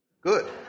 Good